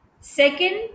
second